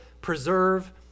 preserve